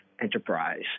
enterprise